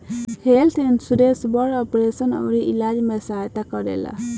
health insurance बड़ operation अउरी इलाज में सहायता करेला